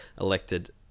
elected